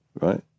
right